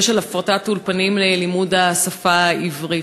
הפרטת האולפנים ללימוד השפה העברית.